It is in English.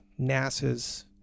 NASA's